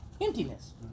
Emptiness